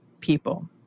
people